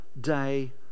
day